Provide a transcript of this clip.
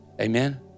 Amen